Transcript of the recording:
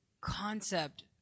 concept